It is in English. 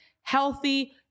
healthy